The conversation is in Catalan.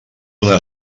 una